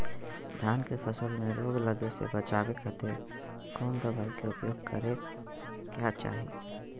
धान के फसल मैं रोग लगे से बचावे खातिर कौन दवाई के उपयोग करें क्या चाहि?